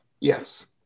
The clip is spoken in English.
Yes